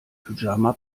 pyjama